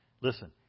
Listen